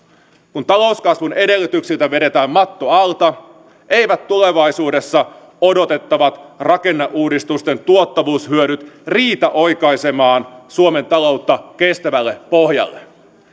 kun talouskasvun edellytyksiltä vedetään matto alta eivät tulevaisuudessa odotettavat rakenneuudistusten tuottavuushyödyt riitä oikaisemaan suomen taloutta kestävälle pohjalle